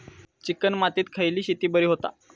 Chicken मातीत खयली शेती बरी होता?